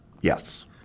Yes